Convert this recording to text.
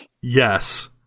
Yes